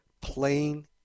plain